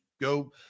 go